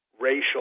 racial